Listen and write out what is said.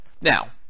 Now